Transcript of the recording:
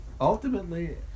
ultimately